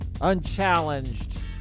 unchallenged